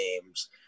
games